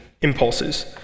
impulses